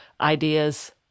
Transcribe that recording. ideas